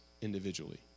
individually